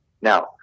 Now